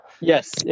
Yes